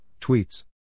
tweets